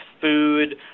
food